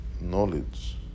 knowledge